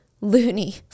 loony